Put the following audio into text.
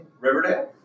Riverdale